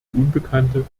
unbekannte